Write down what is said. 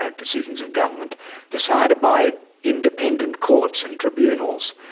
ah decisions of government decided by independent courts and tribunals.